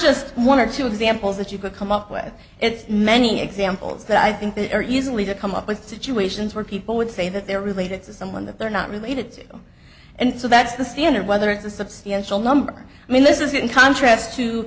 just one or two examples that you could come up with it's many examples that i think are easily to come up with situations where people would say that they're related to someone that they're not related to and so that's the standard whether it's a substantial number i mean this is in contrast to